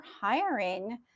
hiring